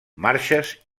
marxes